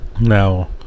now